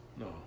No